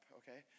okay